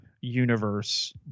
universe